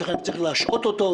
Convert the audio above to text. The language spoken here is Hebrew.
יתכן וצריך לשהות אותו,